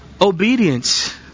obedience